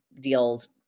deals